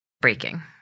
breaking